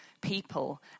people